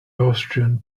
austrian